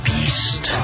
Beast